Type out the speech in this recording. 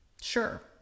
sure